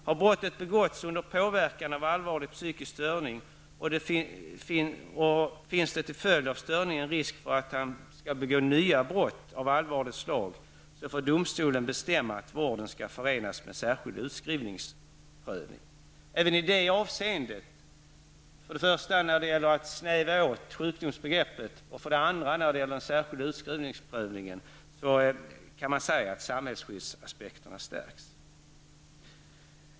Har brottet begåtts under påverkan av allvarlig psykisk störning och finns det till följd av störningen risk för att han skall begå nya brott av allvarligt slag, får domstolen bestämma att vården skall förenas med särskild utskrivningsprövning. Även i detta avseende, för det första när det gäller att snäva in sjukdomsbegreppet, för det andra när det gäller den särskilda utskrivningsprövningen, kan sägas att samhällsskyddsaspekten har stärkts.